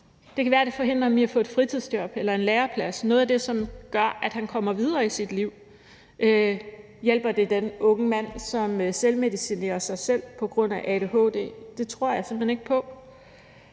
Det kan være, at det forhindrer ham i at få et fritidsjob eller en læreplads – noget af det, som kunne gøre, at han kom videre i sit liv. Hjælper det den unge mand, som selvmedicinerer sig på grund af adhd? Det tror jeg simpelt hen ikke på.